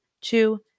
Two